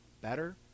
better